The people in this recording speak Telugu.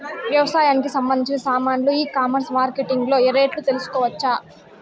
వ్యవసాయానికి సంబంధించిన సామాన్లు ఈ కామర్స్ మార్కెటింగ్ లో రేట్లు తెలుసుకోవచ్చా?